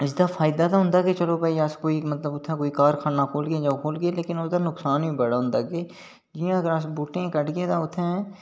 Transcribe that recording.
फायदा ते होंदा ऐ चलो अस भाई उत्थै कोई कारखाना खोह्लगे जां ओह् खोह्लगे ओह्दा नुक्सान बी बडा होंदा ऐ जि'यां अगर अस बूहटे कटगे उत्थै